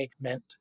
meant